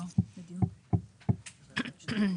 לאורית סטרוק.